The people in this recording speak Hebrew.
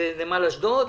זה נמל אשדוד,